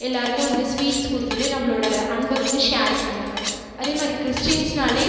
எல்லோருக்கும் வந்து ஸ்வீட்ஸ் கொடுத்துட்டு நம்மலோட அன்பை வந்து ஷேர் பண்ணுவாங்க அதே மாதிரி க்ரிஸ்டியன்ஸ்னாலே